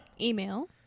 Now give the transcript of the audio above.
Email